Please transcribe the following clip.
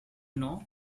know